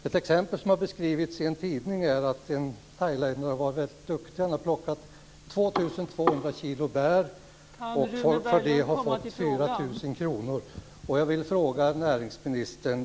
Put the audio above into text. Ett exempel som har beskrivits i en tidning är att en thailändare var väldigt duktig. Han plockade 2 200